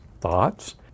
thoughts